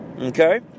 okay